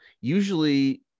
Usually